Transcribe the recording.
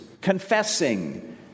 confessing